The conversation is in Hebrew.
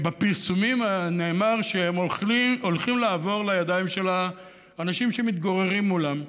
בפרסומים נאמר שהן הולכות לעבור לידיים של האנשים שמתגוררים בתוכן.